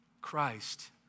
Christ